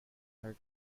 her